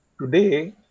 Today